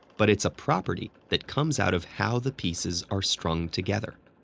but it's a property that comes out of how the pieces are strung together.